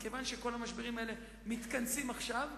מכיוון שכל המשברים האלה מתכנסים עכשיו,